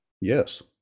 Yes